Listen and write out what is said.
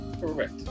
Correct